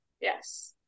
Yes